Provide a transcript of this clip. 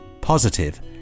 positive